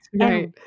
right